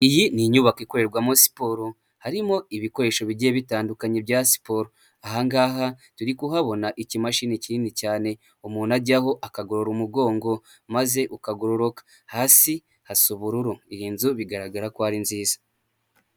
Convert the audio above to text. Iyi ni inyubako ikorerwamo siporo. Harimo ibikoresho bigiye bitandukanye bya siporo. Aha ngaha turi kuhabona ikimashini kinini cyane umuntu ajyaho akagorora umugongo maze ukagororoka. Hasi hasa ubururu. Iyi nzu bigaragara ko ari nziza.